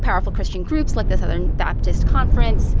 powerful christian groups, like the southern baptist conference,